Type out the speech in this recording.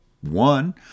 One